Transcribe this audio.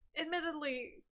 admittedly